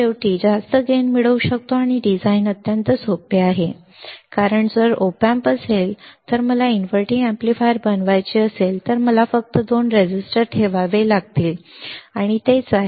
शेवटी जास्त नफा मिळू शकतो आणि डिझाइन अत्यंत सोपे आहे कारण जर op amp असेल तर जर मला इनव्हर्टिंग एम्पलीफायर बनवायचे असेल तर मला फक्त दोन रेझिस्टर प्रतिरोधक ठेवावे लागतील आणि तेच आहे